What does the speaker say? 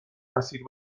مسیر